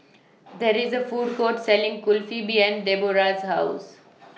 There IS A Food Court Selling Kulfi behind Debora's House